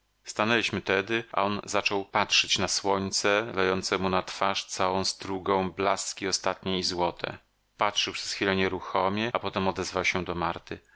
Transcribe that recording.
stanęliśmy tedy a on zaczął patrzyć na słońce lejące mu na twarz całą strugą blaski ostatnie i złote patrzył przez chwilę nieruchomie a potem odezwał się do marty